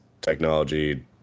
technology